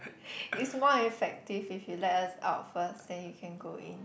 is more effective if you let us out first then you can go in